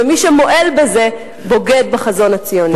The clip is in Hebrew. ומי שמועל בזה בוגד בחזון הציונות.